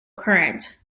current